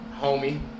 homie